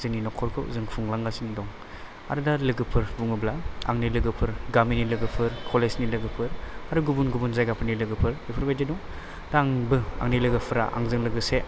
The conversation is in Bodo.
जोंनि न'खर खौ जों खुंलांगासिनो दं आरो दा लोगोफोर बुङोब्ला आंनि लोगोफोर गामिनि लोगोफोर कलेजनि लोगोफोर आरो गुबुन गुबुन जायगाफोरनि लोगोफोर बेफोरबादिनो दा आंबो आंनि लोगोफ्रा आंजों लोगोसे